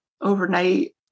overnight